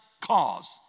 cause